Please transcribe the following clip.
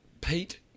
Pete